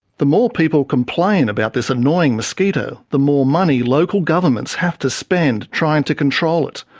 the more people complain about this annoying mosquito, the more money local governments have to spend trying to control it.